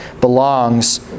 belongs